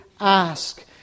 ask